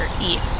eat